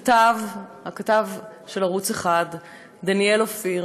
הכתב של ערוץ 1 דניאל אופיר,